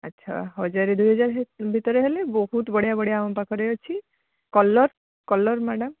ଆଚ୍ଛା ହଜାର ଦୁଇହଜାର ଭିତରେ ହେଲେ ବହୁତ ବଢ଼ିଆ ବଢ଼ିଆ ଆମ ପାଖରେ ଅଛି କଲର୍ କଲର୍ ମ୍ୟାଡ଼ମ୍